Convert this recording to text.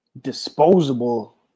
disposable